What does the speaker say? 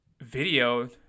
video